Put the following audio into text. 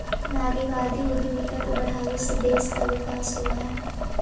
नारीवादी उद्यमिता के बढ़ावे से देश का विकास भी होवअ हई